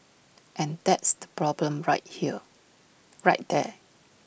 and that's the problem right here right there